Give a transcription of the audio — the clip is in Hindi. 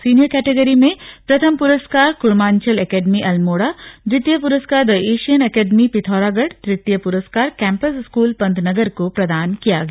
सीनियर कैटगरी में प्रथम पुरस्कार कुर्माचंल एकेडमी अल्मोड़ा द्वितीय पुरस्कार द एशियन एकेडमी पिथौरागढ़ तृतीय पुरस्कार कैम्पस स्कूल पन्तनगर को प्रदान किया गया